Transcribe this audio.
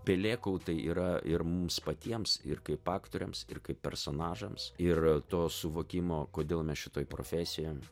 pelėkautai yra ir mums patiems ir kaip aktoriams ir kaip personažams ir to suvokimo kodėl mes šitoj profesijoj